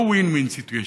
לא win-win situation.